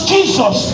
Jesus